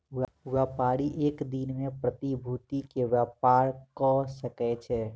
व्यापारी एक दिन में प्रतिभूति के व्यापार कय सकै छै